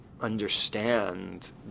understand